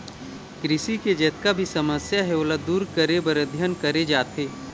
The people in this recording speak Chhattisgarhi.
कृषि के जतका भी समस्या हे ओला दूर करे बर अध्ययन करे जाथे